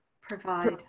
provide